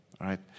right